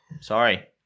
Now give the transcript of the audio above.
sorry